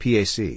Pac